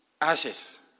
Ashes